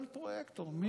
שהפרויקטור, אין פרויקטור.